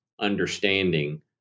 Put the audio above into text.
understanding